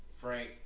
Frank